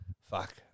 Fuck